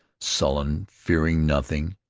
sullen, fearing nothing,